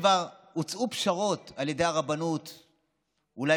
כבר הוצעו פשרות על ידי הרבנות,